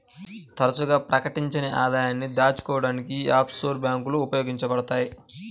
తరచుగా ప్రకటించని ఆదాయాన్ని దాచుకోడానికి యీ ఆఫ్షోర్ బ్యేంకులు ఉపయోగించబడతయ్